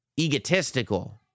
egotistical